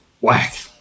whack